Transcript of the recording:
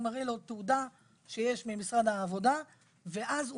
הוא מראה לו תעודה שיש ממשרד העבודה ואז הוא